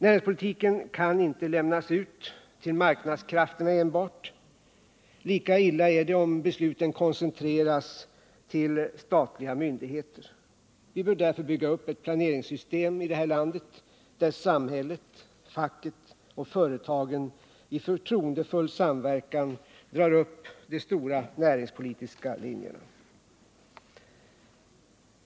Näringspolitiken kan inte lämnas ut till marknadskrafterna enbart. Lika illa är det om besluten koncentreras till statliga myndigheter. Vi bör därför bygga upp ett planeringssystem, där samhället, facket och företagen i förtroendefull samverkan drar upp de stora näringspolitiska linjerna.